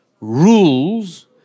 rules